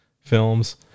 films